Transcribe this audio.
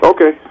Okay